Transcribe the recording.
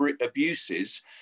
abuses